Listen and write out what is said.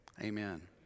Amen